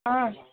ஆ